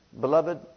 Beloved